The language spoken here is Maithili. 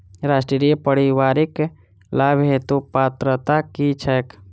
राष्ट्रीय परिवारिक लाभ हेतु पात्रता की छैक